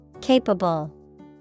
Capable